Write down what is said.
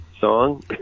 song